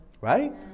right